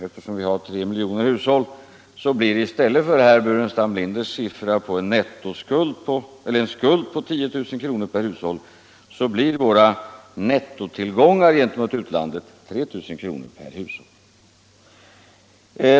Eftersom vi har 3 miljoner hushåll, blir — i stället för herr Burenstam Linders siffra, en skuld på 10 000 kr. per hushåll — våra nettotillgångar gentemot utlandet 3 000 kr. per hushåll.